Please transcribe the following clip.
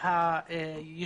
בנגב.